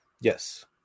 Yes